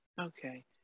Okay